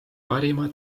parima